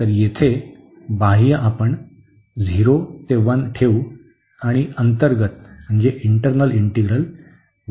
तर येथे बाह्य आपण 0 ते 1 ठेवू आणि अंतर्गत y च्या संदर्भाने ठेवले आहे